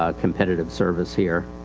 ah competitive service here.